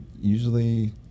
usually